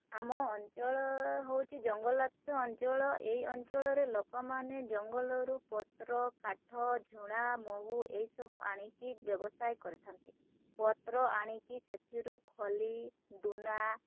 ଆମ ଅଞ୍ଚଳ ହୋଉଛି ଜଙ୍ଗଲାତ୍ୟ ଅଞ୍ଚଳ ଏଇ ଅଞ୍ଚଳରେ ଲୋକମାନେ ଜଙ୍ଗଲରୁ ପତ୍ର କାଠ ଝୁଣା ମହୁ ଏଇ ସବୁ ଆଣିକି ବ୍ୟବସାୟ କରିଥାନ୍ତି ପତ୍ର ଆଣିକି ସେଥିରୁ ଖଲି ଦୂନା